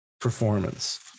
performance